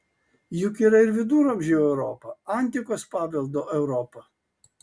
juk yra ir viduramžių europa antikos paveldo europa